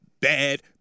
bad